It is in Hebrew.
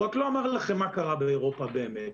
והוא רק לא אמר לכם מה קרה באירופה באמת.